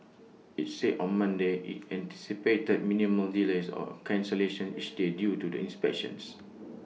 IT said on Monday IT anticipated minimal delays or cancellations each day due to the inspections